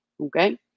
Okay